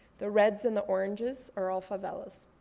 the reds and the oranges are all favelas.